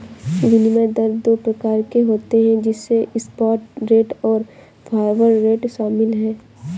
विनिमय दर दो प्रकार के होते है जिसमे स्पॉट रेट और फॉरवर्ड रेट शामिल है